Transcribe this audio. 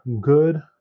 good